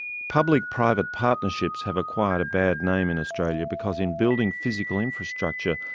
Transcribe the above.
public-private partnerships have acquired a bad name in australia because, in building physical infrastructure,